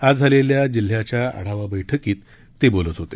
आज झालेल्या जिल्ह्याच्या आढावा बैठकीत ते बोलत होते